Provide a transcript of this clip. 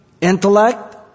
intellect